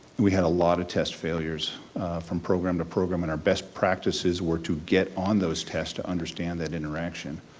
we had a lot of test failures from program to program and our best practices were to get on those tests to understand that interaction.